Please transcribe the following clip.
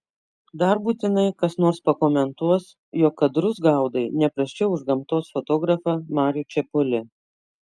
dar būtinai kas nors pakomentuos jog kadrus gaudai ne prasčiau už gamtos fotografą marių čepulį